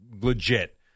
legit